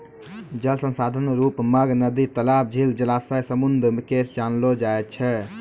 जल संसाधन रुप मग नदी, तलाब, झील, जलासय, समुन्द के जानलो जाय छै